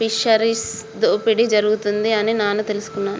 fisheries దోపిడి జరుగుతుంది అని నాను తెలుసుకున్నాను